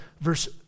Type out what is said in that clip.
verse